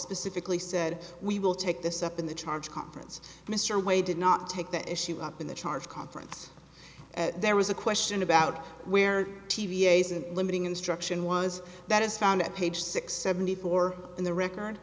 specifically said we will take this up in the charge conference mr way did not take the issue up in the charge conference there was a question about where t v s and limiting instruction was that is found at page six seventy four in the record